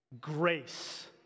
Grace